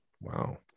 Wow